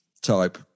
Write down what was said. type